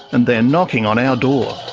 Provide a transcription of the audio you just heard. and they're knocking on our door.